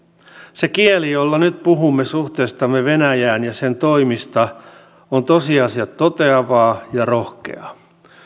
se kieli jolla nyt puhumme suhteestamme venäjään ja sen toimista on tosiasiat toteavaa ja rohkeaa